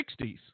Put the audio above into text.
60s